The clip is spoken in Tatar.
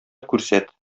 күрсәт